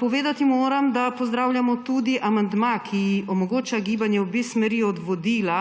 Povedati moram, da pozdravljamo tudi amandma, ki omogoča gibanje v obe smeri od vodila.